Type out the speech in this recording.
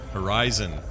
Horizon